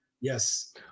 Yes